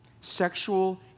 Sexual